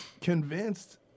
convinced